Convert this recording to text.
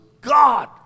God